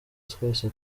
twese